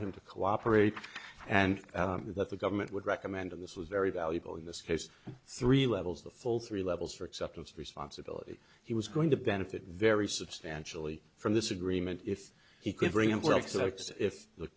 him to cooperate and that the government would recommend and this was very valuable in this case three levels the full three levels for acceptance of responsibility he was going to benefit very substantially from this agreement if he could bring